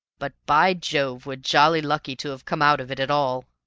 but, by jove, we're jolly lucky to have come out of it at all!